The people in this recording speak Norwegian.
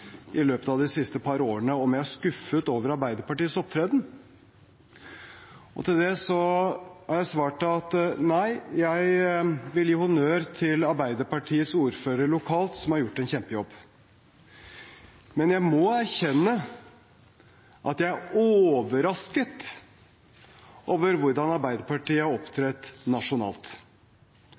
i løpet av de siste par årene om jeg er skuffet over Arbeiderpartiets opptreden. Til det har jeg svart: Nei, jeg vil gi honnør til Arbeiderpartiets ordførere lokalt, som har gjort en kjempejobb. Men jeg må erkjenne at jeg er overrasket over hvordan Arbeiderpartiet har opptrådt nasjonalt.